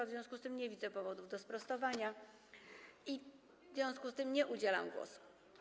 W związku z tym nie widzę powodów do sprostowania i w związku z tym nie udzielam głosu.